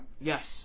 Yes